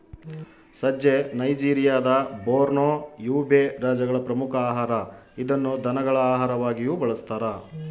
ಸಜ್ಜೆ ನೈಜೆರಿಯಾದ Borno, Yobe ರಾಜ್ಯಗಳ ಪ್ರಮುಖ ಆಹಾರ ಇದನ್ನು ದನಗಳ ಆಹಾರವಾಗಿಯೂ ಬಳಸ್ತಾರ